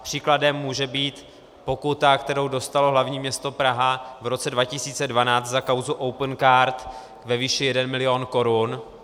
Příkladem může být pokuta, kterou dostalo hlavní město Praha v roce 2012 za kauzu Opencard ve výši jeden milion korun.